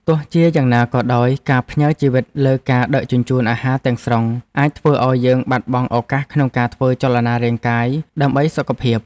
ទោះជាយ៉ាងណាក៏ដោយការផ្ញើជីវិតលើការដឹកជញ្ជូនអាហារទាំងស្រុងអាចធ្វើឲ្យយើងបាត់បង់ឱកាសក្នុងការធ្វើចលនារាងកាយដើម្បីសុខភាព។